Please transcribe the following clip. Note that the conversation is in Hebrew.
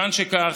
כיוון שכך,